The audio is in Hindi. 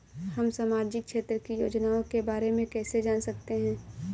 हम सामाजिक क्षेत्र की योजनाओं के बारे में कैसे जान सकते हैं?